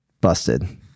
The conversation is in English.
busted